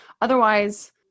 otherwise